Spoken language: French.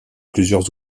plusieurs